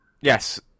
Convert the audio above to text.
Yes